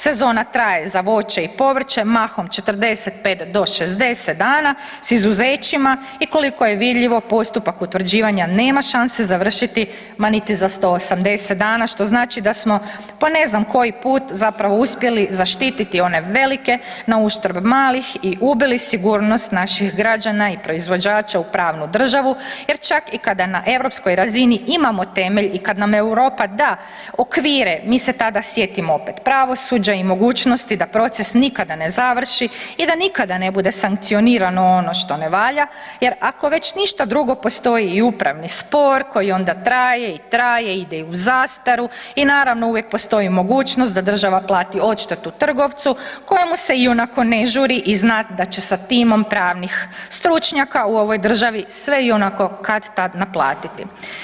Sezona traje za voće i povrće, mahom 45 do 60 dana, s izuzećima i koliko je vidljivo, postupak utvrđivanja nema šanse završiti ma niti za 180 dana, što znači da smo po ne znam koji put zapravo uspjeli zaštiti one velike nauštrb malih i ubili sigurnost naših građana i proizvođača u pravnu državu jer čak i kada na europskoj razini imamo temelj i kad nam Europa da okvire, mi se tada sjetimo opet pravosuđa i mogućnosti da proces nikada ne završi i da nikada ne bude sankcionirano ono što ne valja, jer, ako već ništa drugo, postoji i upravni spor koji onda traje i traje i ide i u zastaru i naravno, uvijek postoji mogućnost da država plati odštetu trgovcu kojemu se ionako ne žuri i zna da će sa timom pravnih stručnjaka u ovoj državi sve ionako kad-tad naplatiti.